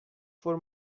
for